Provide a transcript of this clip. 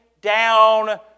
down